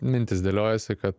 mintys dėliojasi kad